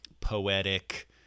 poetic